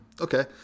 Okay